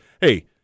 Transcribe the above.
Hey